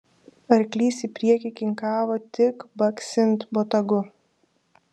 arklys į priekį kinkavo tik baksint botagu